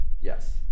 Yes